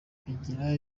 bigira